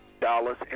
dollars